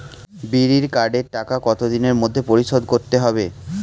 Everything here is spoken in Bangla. বিড়ির কার্ডের টাকা কত দিনের মধ্যে পরিশোধ করতে হবে?